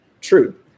True